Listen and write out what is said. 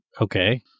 okay